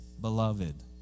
beloved